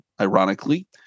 ironically